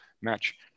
match